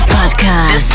Podcast